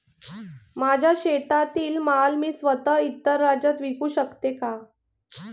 माझ्या शेतातील माल मी स्वत: इतर राज्यात विकू शकते का?